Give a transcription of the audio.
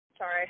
Sorry